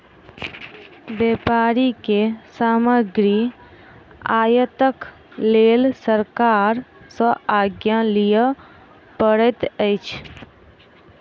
व्यापारी के सामग्री आयातक लेल सरकार सॅ आज्ञा लिअ पड़ैत अछि